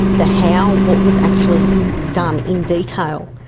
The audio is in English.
the how, what was actually done in detail.